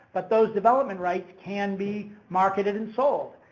but those development rights can be marketed and sold.